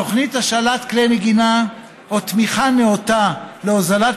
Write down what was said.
תוכנית השאלת כלי נגינה או תמיכה נאותה להוזלת